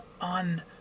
on